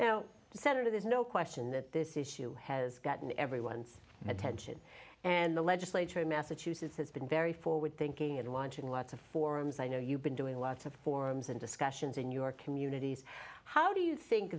now senator there's no question that this issue has gotten everyone's attention and the legislature in massachusetts has been very forward thinking and launching lots of forums i know you've been doing lots of forums and discussions in your communities how do you think